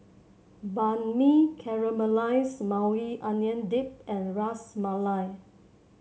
Banh Mi Caramelized Maui Onion Dip and Ras Malai